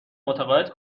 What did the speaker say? متقاعد